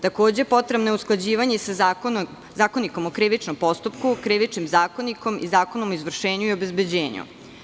Takođe, potrebno je usklađivanje sa Zakonikom o krivičnom postupku, Krivičnim zakonikom i Zakonom o izvršenju i obezbeđenju.